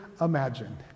imagined